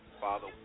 Father